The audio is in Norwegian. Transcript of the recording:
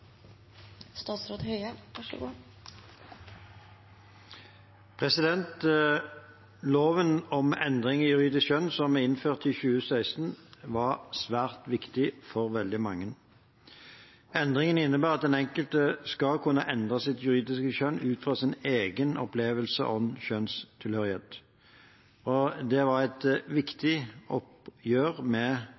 Loven om endring av juridisk kjønn, som vi innførte i 2016, var svært viktig for veldig mange. Endringen innebærer at den enkelte skal kunne endre sitt juridiske kjønn ut fra sin egen opplevelse av kjønnstilhørighet. Det var et viktig oppgjør med